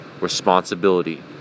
responsibility